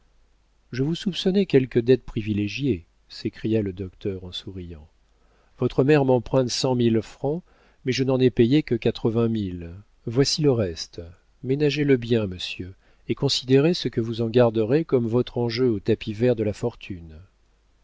je vous soupçonnais quelque dette privilégiée s'écria le docteur en souriant votre mère m'emprunte cent mille francs mais je n'en ai payé que quatre-vingt mille voici le reste ménagez le bien monsieur et considérez ce que vous en garderez comme votre enjeu au tapis vert de la fortune